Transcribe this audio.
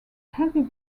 heavy